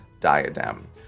diadem